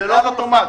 זה לא על אוטומט?